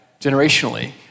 generationally